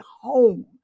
home